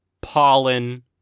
pollen